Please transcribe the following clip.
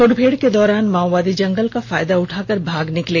मुठभेड़ के दौरान माओवादी जंगल का फायदा उठाकर भाग निकले